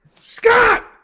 Scott